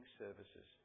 services